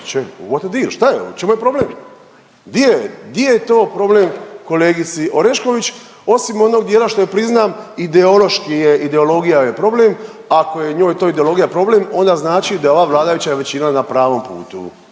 većinu, znači … šta je ovo u čemu je problem? Di je to problem kolegici Orešković osim onog dijela što je priznam ideološki je ideologija problem, ako je njoj to ideologija problem onda znači da je ova vladajuća većina na pravom putu